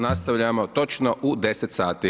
Nastavljamo točno u 10 sati.